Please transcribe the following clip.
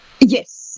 Yes